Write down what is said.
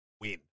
win